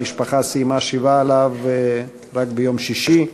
המשפחה סיימה לשבת שבעה עליו רק ביום שישי,